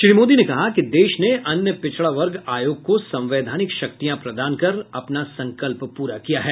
श्री मोदी ने कहा कि देश ने अन्य पिछड़ा वर्ग आयोग को संवैधानिक शक्तियां प्रदान कर अपना संकल्प पूरा किया है